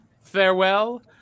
farewell